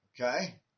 Okay